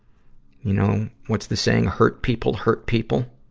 you know, what's the saying, hurt people hurt people?